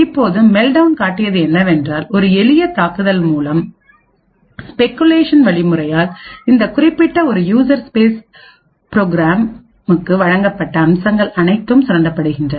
இப்போது மெல்ட்டவுன் காட்டியது என்னவென்றால் ஒரு எளிய தாக்குதல் மூலம் ஸ்பெகுலேஷன் வழிமுறையால்இந்த குறிப்பிட்ட ஒரு யூசர் ஸ்பேஸ் ப்ரோக்ராமுக்கு வழங்கப்பட்ட அம்சங்கள் அனைத்தும் சுரண்டப்படுகின்றன